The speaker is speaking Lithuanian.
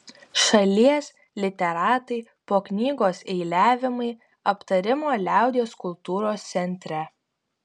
šalies literatai po knygos eiliavimai aptarimo liaudies kultūros centre